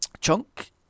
Chunk